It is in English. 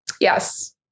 yes